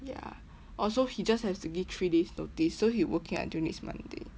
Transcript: ya oh so he just have to give three days notice so he working until next monday